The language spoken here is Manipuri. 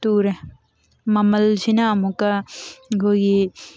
ꯇꯨꯔꯦ ꯃꯃꯜꯁꯤꯅ ꯑꯃꯨꯛꯀ ꯑꯩꯈꯣꯏꯒꯤ